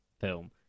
film